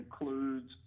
includes